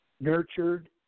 nurtured